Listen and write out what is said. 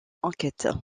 enquête